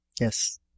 Yes